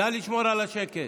נא לשמור על השקט.